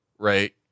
Right